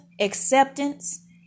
acceptance